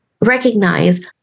recognize